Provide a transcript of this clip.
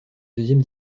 deuxième